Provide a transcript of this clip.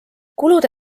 kulude